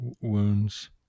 wounds